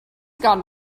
gone